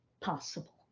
possible